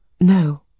No